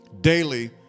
daily